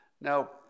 Now